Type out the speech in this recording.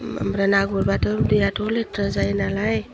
ओमफ्राय ना गुरबाथ' दैयाथ' लेथ्रा जायो नालाय